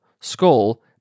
skull